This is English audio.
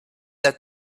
that